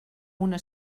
una